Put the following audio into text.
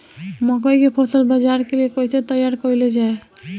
मकई के फसल बाजार के लिए कइसे तैयार कईले जाए?